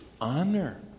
Honor